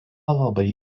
labai